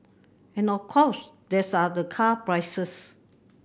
and of course this are the car prices